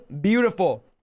beautiful